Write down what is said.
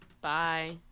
Bye